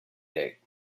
date